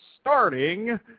starting